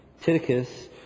Titicus